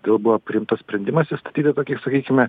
todėl buvo priimtas sprendimas įstatyti tokį sakykime